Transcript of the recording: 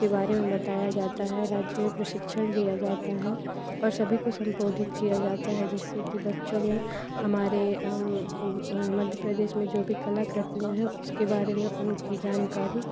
के बारे में बताया जाता है राज्य में प्रशिक्षण दिया जाता है और सभी को सम्बोधित किया जाता है जिससे की बच्चों में हमारे हम मध्य प्रदेश में जो भी कलाकृतियाँ हैं उसके बारे में उनकी जानकारी